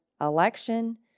election